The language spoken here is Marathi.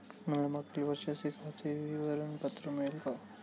मला मागील वर्षाचे खाते विवरण पत्र मिळेल का?